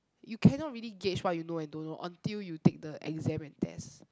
you cannot really gauge what you know and don't know until you take the exam and test